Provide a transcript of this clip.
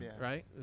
Right